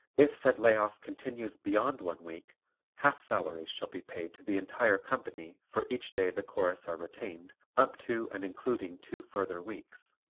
if said lay-off continues beyond one week half salaries shall be paid to the entire company for each day the chorus are retained up to and including two further weeks.